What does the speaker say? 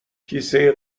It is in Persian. کیسه